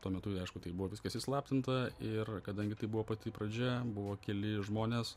tuo metu aišku tai buvo viskas įslaptinta ir kadangi tai buvo pati pradžia buvo keli žmonės